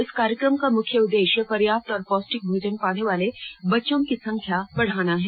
इस कार्यक्रम का मुख्य उद्देश्य पर्याप्त और पोष्टिक भोजन पाने वाले बच्चों की संख्या बढ़ाना है